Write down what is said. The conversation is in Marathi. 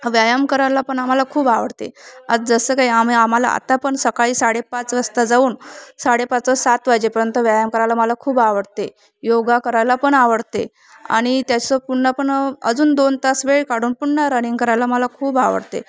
व्यायाम करायला पण आम्हाला खूप आवडते आज जसं काही आम्ही आम्हाला आता पण सकाळी साडेपाच वाजता जाऊन साडेपाच सात वाजेपर्यंत व्यायाम करायला मला खूप आवडते योगा करायला पण आवडते आणि त्याचं पुन्हा पण अजून दोन तास वेळ काढून पुन्हा रनिंग करायला मला खूप आवडते